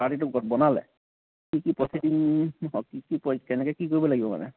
পাৰ্টিটো বনালে কি কি প্ৰচিডিং কি কি কেনেকৈ কি কৰিব লাগিব মানে